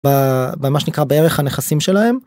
במה שנקרא בערך הנכסים שלהם.